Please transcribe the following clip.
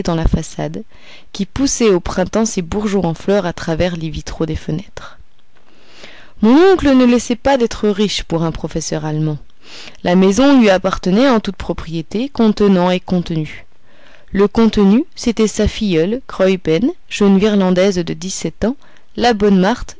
la façade qui poussait au printemps ses bourgeons en fleurs à travers les vitraux des fenêtres mon oncle ne laissait pas d'être riche pour un professeur allemand la maison lui appartenait en toute propriété contenant et contenu le contenu c'était sa filleule graüben jeune virlandaise de dix-sept ans la bonne marthe